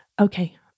Okay